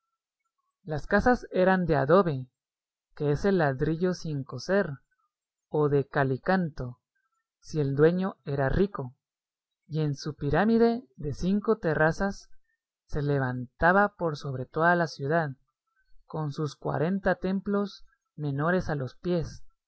las casas eran de adobe que es el ladrillo sin cocer o de calicanto si el dueño era rico y en su pirámide de cinco terrazas se levantaba por sobre toda la ciudad con sus cuarenta templos menores a los pies